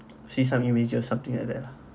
see some images something like that lah